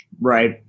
Right